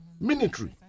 military